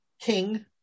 King